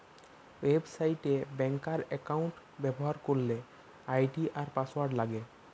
website এ ব্যাংকার account ব্যবহার করলে আই.ডি আর পাসওয়ার্ড লাগে